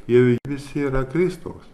jie visi yra kristaus